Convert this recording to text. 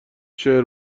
شعر